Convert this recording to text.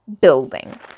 building